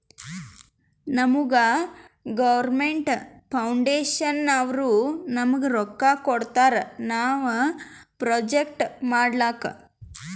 ನಮುಗಾ ಗೌರ್ಮೇಂಟ್ ಫೌಂಡೇಶನ್ನವ್ರು ನಮ್ಗ್ ರೊಕ್ಕಾ ಕೊಡ್ತಾರ ನಾವ್ ಪ್ರೊಜೆಕ್ಟ್ ಮಾಡ್ಲಕ್